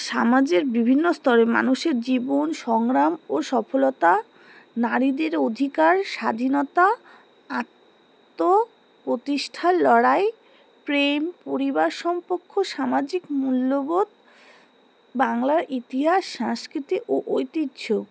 সমাজের বিভিন্ন স্তরে মানুষের জীবন সংগ্রাম ও সফলতা নারীদের অধিকার স্বাধীনতা আত্মপ্রতিষ্ঠার লড়াই প্রেম পরিবার সম্পর্ক সামাজিক মূল্যবোধ বাংলার ইতিহাস সংস্কৃতি ও ঐতিহ্য